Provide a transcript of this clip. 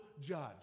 judge